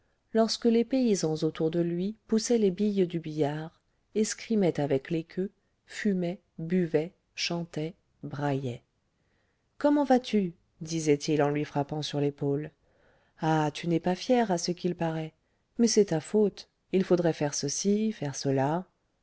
lorsque les paysans autour de lui poussaient les billes du billard escrimaient avec les queues fumaient buvaient chantaient braillaient comment vas-tu disaient-ils en lui frappant sur l'épaule ah tu n'es pas fier à ce qu'il paraît mais c'est ta faute il faudrait faire ceci faire cela